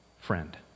friend